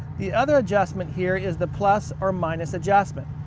the other adjustment here is the plus or minus adjustment.